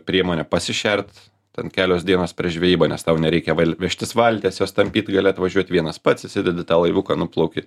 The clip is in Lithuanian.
priemonė pasišert ten kelios dienos prieš žvejybą nes tau nereikia vėl vežtis valties jos tampyt gali atvažiuot vienas pats įsidedi tą laivuką nuplauki